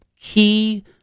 key